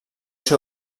ser